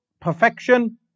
perfection